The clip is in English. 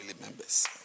members